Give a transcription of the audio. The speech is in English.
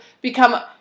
become